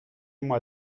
moi